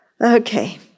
Okay